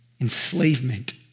enslavement